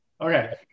okay